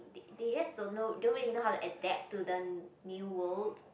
they they just don't know don't really know how to adapt to the new world